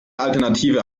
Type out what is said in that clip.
alternative